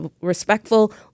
respectful